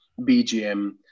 BGM